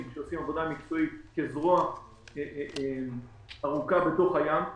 שעושים עבודה מקצועית כזרוע ארוכה בתוך הים.